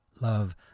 Love